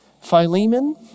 Philemon